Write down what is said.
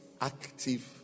active